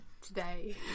today